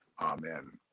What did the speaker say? Amen